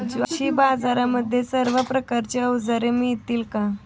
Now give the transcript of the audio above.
कृषी बाजारांमध्ये सर्व प्रकारची अवजारे मिळतील का?